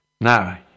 now